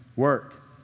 Work